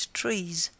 trees